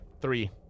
three